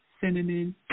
cinnamon